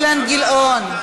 עוד?